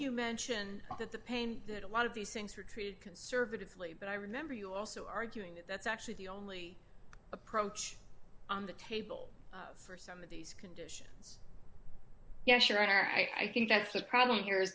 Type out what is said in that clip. you mentioned that the pain that a lot of these things were treated conservatively but i remember you also arguing that that's actually the only approach on the table for some of these conditions yes you're right or i think that's the problem here is